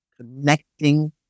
connecting